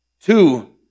Two